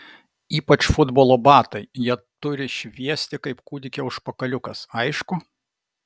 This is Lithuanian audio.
ypač futbolo batai jie turi šviesti kaip kūdikio užpakaliukas aišku